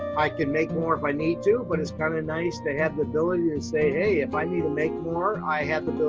i can make more if i need to, but it's kinda kind of nice to have the ability to say, hey, if i need to make more, i have the